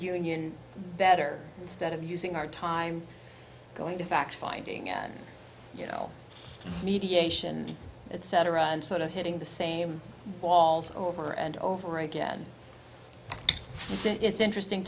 union better instead of using our time going to fact finding you know mediation etc and sort of hitting the same walls over and over again it's interesting